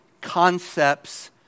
concepts